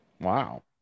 Wow